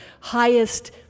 highest